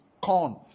corn